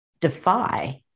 defy